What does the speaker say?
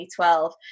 2012